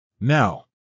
Now